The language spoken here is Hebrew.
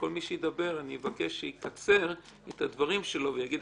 מי שידבר אני אבקש שיקצר את הדברים שלו ויגיד